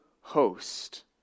host